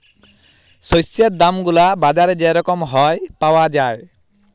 শস্যের দাম গুলা বাজারে যে রকম হ্যয় পাউয়া যায়